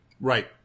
Right